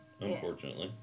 Unfortunately